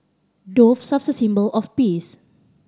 doves are a symbol of peace